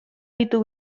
ditu